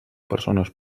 persones